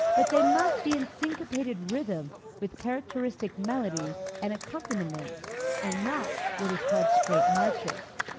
but they must be in syncopated rhythm with characteristic melodies and accompaniments and not what is called straight marches,